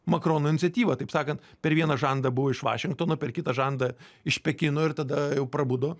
makrono iniciatyvą taip sakant per vieną žandą buvo iš vašingtono per kitą žandą iš pekino ir tada jau prabudo